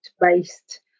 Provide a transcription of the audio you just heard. based